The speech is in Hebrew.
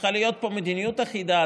צריכה להיות פה מדיניות אחידה,